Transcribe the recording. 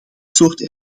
soort